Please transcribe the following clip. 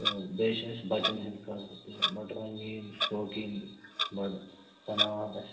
بیٚیہِ چھِ اَسہِ بَچَن ہِنٛدۍ خٲطرٕ تہِ بَڑٕ رنٛگیٖن شوقیٖن بَڑٕ بناوان أسۍ